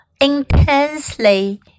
intensely